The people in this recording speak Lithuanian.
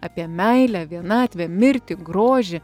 apie meilę vienatvę mirtį grožį